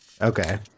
Okay